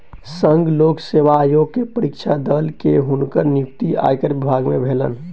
संघ लोक सेवा आयोग के परीक्षा दअ के हुनकर नियुक्ति आयकर विभाग में भेलैन